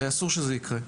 אסור שזה יקרה.